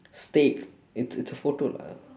steak it's it's a photo lah